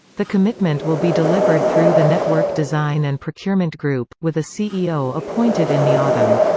the commitment will be delivered through the network design and procurement group, with a ceo appointed in the autumn.